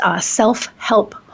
self-help